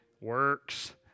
works